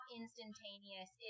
instantaneous